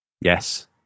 Yes